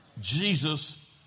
Jesus